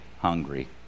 hungry